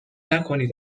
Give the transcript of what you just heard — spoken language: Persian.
نکنید